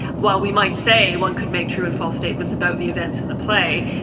while we might say one could make true and false statements about the events in the play,